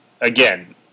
Again